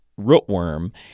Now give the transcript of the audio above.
rootworm